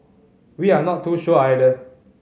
we are not too sure either